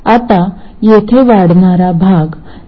आता येथे वाढणारा भाग 5